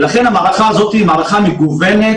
ולכן המערכה הזאת היא מערכה מגוונת,